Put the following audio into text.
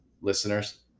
listeners